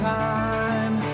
time